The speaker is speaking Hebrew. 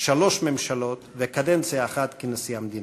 ושלוש ממשלות, וקדנציה אחת כנשיא המדינה.